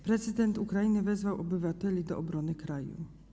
Prezydent Ukrainy wezwał obywateli do obrony kraju.